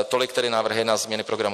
Tolik tedy návrhy na změny programu.